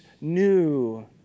new